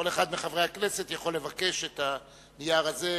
כל אחד מחברי הכנסת יכול לבקש את הנייר הזה,